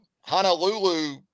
Honolulu